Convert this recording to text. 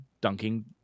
dunking